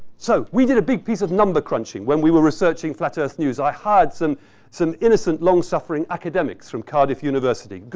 so, we did a big piece of number crunching when we were researching flat earth news. i hired some some innocent, long-suffering academics from cardiff university.